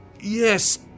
Yes